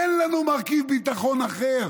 אין לנו מרכיב ביטחון אחר